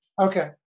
Okay